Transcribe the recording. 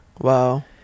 Wow